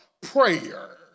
prayer